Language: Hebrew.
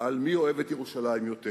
על מי אוהב את ירושלים יותר.